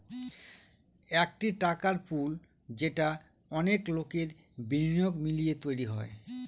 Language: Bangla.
একটি টাকার পুল যেটা অনেক লোকের বিনিয়োগ মিলিয়ে তৈরী হয়